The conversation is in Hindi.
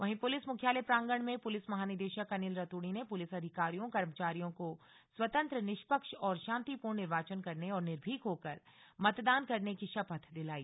वहीं पुलिस मुख्यालय प्रांगण में पुलिस महानिदेशक अनिल रतूड़ी ने पुलिस अधिकारियों कर्मचारियों को स्वतन्त्र निष्पक्ष और शान्तिपूर्ण निर्वाचन करने और निर्भीक होकर मतदान करने की शपथ दिलाई